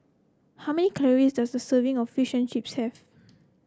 how many calories does a serving of Fish and Chips have